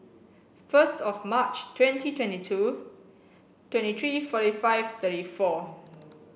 first of March twenty twenty two twenty three forty five thirty four